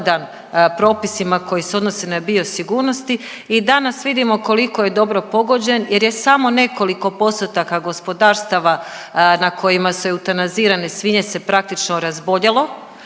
sukladan propisima koji se odnose na biosigurnosti. I danas vidimo koliko je dobro pogođen jer je samo nekoliko postotaka gospodarstava na kojima se eutanazirane svinje se praktično razboljelo,